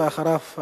ואחריו,